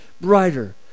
brighter